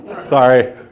sorry